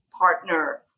partner